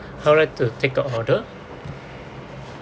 I would like to take out order